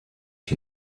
die